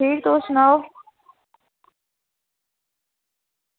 ठीक तुस सनाओ